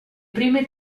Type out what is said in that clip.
prime